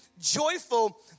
joyful